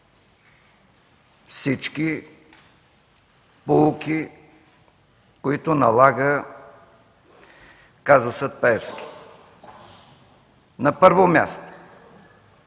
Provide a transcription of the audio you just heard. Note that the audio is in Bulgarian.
всички поуки, които налага казусът „Пеевски”. На първо място,